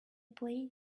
play